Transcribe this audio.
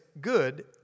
good